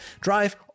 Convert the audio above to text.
drive